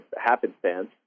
happenstance